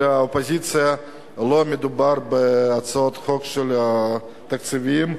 האופוזיציה לא מדובר בהצעות חוק תקציביות,